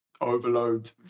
overload